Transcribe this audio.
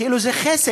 כאילו זה חסד,